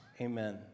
Amen